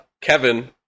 Kevin